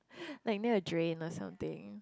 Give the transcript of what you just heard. like near a drain or something